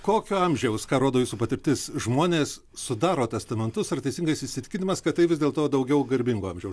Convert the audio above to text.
kokio amžiaus ką rodo jūsų patirtis žmonės sudaro testamentus ar teisingais įsitikinimas kad tai vis dėl to daugiau garbingo amžiaus